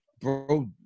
bro